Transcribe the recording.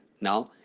Now